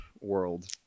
world